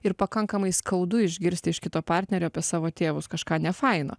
ir pakankamai skaudu išgirsti iš kito partnerio apie savo tėvus kažką nefaino